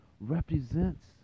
represents